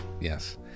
yes